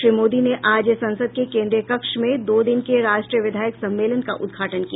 श्री मोदी ने आज संसद के केंद्रीय कक्ष में दो दिन के राष्ट्रीय विधायक सम्मेलन का उद्घाटन किया